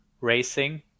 racing